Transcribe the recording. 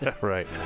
Right